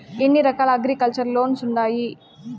ఎన్ని రకాల agriculture loans ఉండాయి